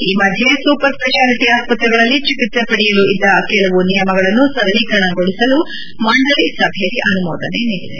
ಈ ಮಧ್ಯೆ super specialty ಆಸ್ಸತ್ರೆಗಳಲ್ಲಿ ಚಿಕಿತ್ಸೆ ಪಡೆಯಲು ಇದ್ದ ಕೆಲವು ನಿಯಮಗಳನ್ನು ಸರಳೀಕರಣಗೊಳಿಸಲು ಮಂಡಳಿ ಸಭೆಯಲ್ಲಿ ಅನುಮೋದನೆ ನೀಡಲಾಗಿದೆ